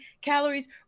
calories